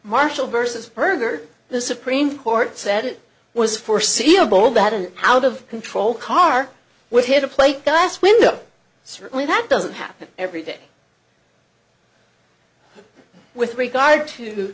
martial versus burger the supreme court said it was foreseeable that an out of control car would hit a plate thus window certainly that doesn't happen every day with regard to